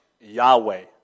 Yahweh